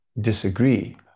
disagree